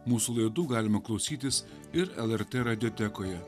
mūsų laidų galima klausytis ir lrt radiotekoje